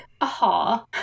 aha